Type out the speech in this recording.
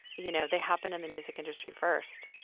you know, they happened in the music industry first.